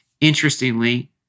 Interestingly